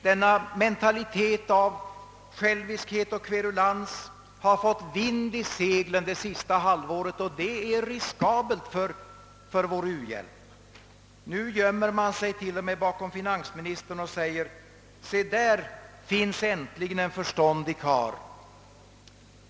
Denna mentalitet av själviskhet och kverulans har fått vind i seglen det senaste halvåret, och det är riskabelt för vår u-hjälp. Nu gömmer man sig till och med bakom finansministern och säger: »Se där är äntligen en förståndig karl!